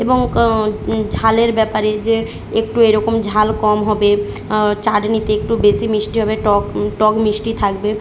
এবং ক ঝালের ব্যাপারে যে একটু এরকম ঝাল কম হবে চাটনিতে একটু বেশি মিষ্টি হবে টক টক মিষ্টি থাকবে